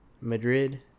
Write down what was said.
Madrid